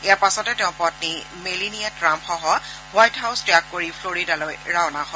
ইয়াৰ পাছতে তেওঁ পগ্নী মেলিনিয়া ট্ৰাম্পসহ হোৱাইট হাউচ ত্যাগ কৰি ফ্লৰিডালৈ ৰাওনা হয়